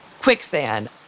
quicksand